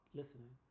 listening